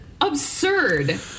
absurd